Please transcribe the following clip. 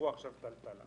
שעברו עכשיו טלטלה.